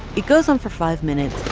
it goes on for five minutes.